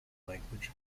language